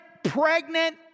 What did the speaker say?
pregnant